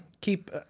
keep